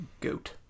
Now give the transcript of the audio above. Goat